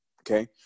okay